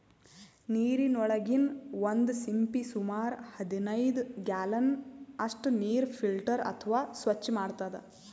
ನೀರಿನೊಳಗಿನ್ ಒಂದ್ ಸಿಂಪಿ ಸುಮಾರ್ ಹದನೈದ್ ಗ್ಯಾಲನ್ ಅಷ್ಟ್ ನೀರ್ ಫಿಲ್ಟರ್ ಅಥವಾ ಸ್ವಚ್ಚ್ ಮಾಡ್ತದ್